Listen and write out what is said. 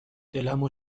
دلمو